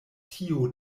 tio